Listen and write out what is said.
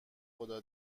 خدا